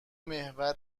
محور